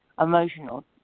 emotional